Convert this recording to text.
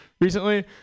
recently